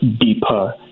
deeper